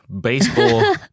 Baseball